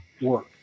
work